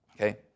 Okay